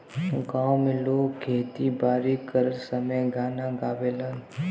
गांव में लोग खेती बारी करत समय गाना गावेलन